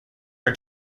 are